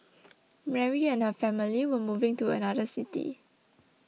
Mary and her family were moving to another city